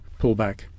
pullback